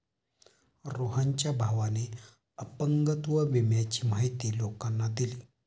रोहनच्या भावाने अपंगत्व विम्याची माहिती लोकांना दिली